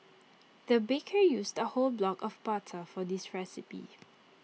the baker used A whole block of butter for this recipe